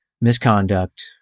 misconduct